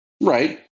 Right